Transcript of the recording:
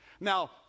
Now